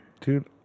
Dude